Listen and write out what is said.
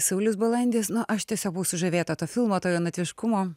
saulius balandis nu aš tiesiog buvau sužavėta to filmo to jaunatviškumo